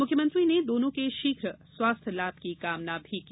मुख्यमंत्री ने दोनों के शीघ स्वास्थ्य लाभ की कामना भी की